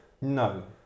No